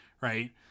right